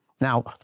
Now